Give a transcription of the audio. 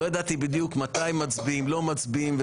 לא ידעתי בדיוק מתי מצביעים, לא מצביעים.